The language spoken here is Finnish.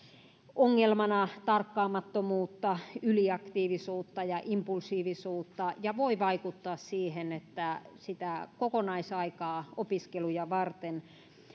ongelmana tarkkaamattomuutta yliaktiivisuutta ja impulsiivisuutta ja voi vaikuttaa siihen että sitä kokonaisaikaa opiskeluja varten